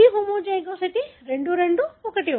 మళ్లీ హోమోజైగోసిటీ 2 2 1 1